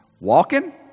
Walking